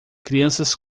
crianças